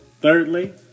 Thirdly